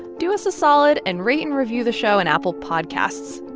do us a solid and rate and review the show in apple podcasts.